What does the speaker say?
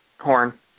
Horn